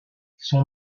son